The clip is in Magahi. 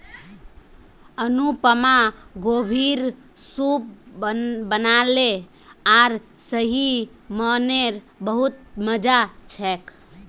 अनुपमा गोभीर सूप बनाले आर सही म न बहुत मजा छेक